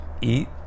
Eat